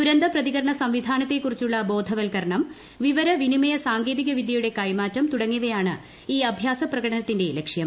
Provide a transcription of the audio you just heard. ദുരന്ത പ്രതികരണ സംവിധാനത്തെക്കുറിച്ചുള്ള ബ്രോദ്ധ്യവത്ക്കരണം വിവര വിനിമയ സാങ്കേതിക വിദ്യയുടെ ഏക്കെമാറ്റം തുടങ്ങിയവയാണ് ഈ അഭ്യാസപ്രകടനത്തിന്റെ പ്രല്ക്ഷ്യം